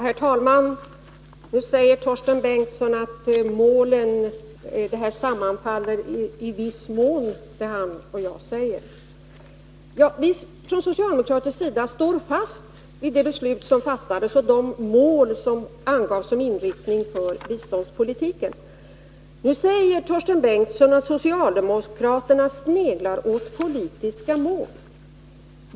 Fru talman! Torsten Bengtson menar att det vi har sagt om målen i viss mån sammanfaller. Från socialdemokratisk sida står vi fast vid det beslut som fattades och de mål som angavs som inriktning för biståndspolitiken. Nu säger Torsten Bengtson att socialdemokraterna sneglar åt politiska mål.